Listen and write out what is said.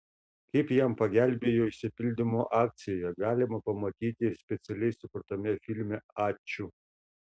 kaip jam pagelbėjo išsipildymo akcija galima pamatyti ir specialiai sukurtame filme ačiū